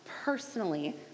Personally